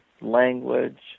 language